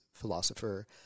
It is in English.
philosopher